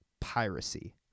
piracy